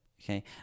okay